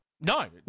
No